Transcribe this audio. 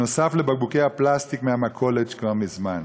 נוסף על בקבוקי הפלסטיק מהמכולת, כבר מזמן.